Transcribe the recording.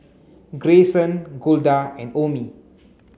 Grayson Golda and Omie